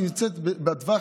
שנמצאת בטווח,